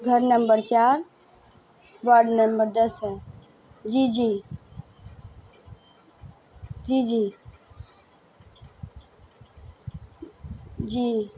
گھر نمبر چار ward number دس ہے جی جی جی جی جی